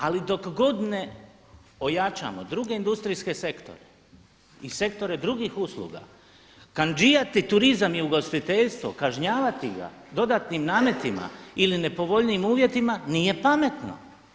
Ali dok god ne ojačamo druge industrijske sektore i sektore drugih usluga, kandžijati turizam i ugostiteljstvo, kažnjavati ga dodatnim nametima ili nepovoljnijim uvjetima nije pametno.